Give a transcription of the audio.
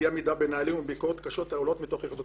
אי-עמידה בנהלים וביקורות קשות העולות מתוך ---,